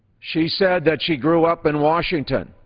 she said that she grew up in washington.